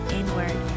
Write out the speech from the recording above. inward